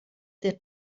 der